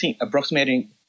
approximating